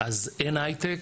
אז אין הייטק,